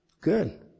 Good